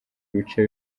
bice